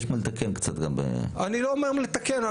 אני לא אומר לתקן.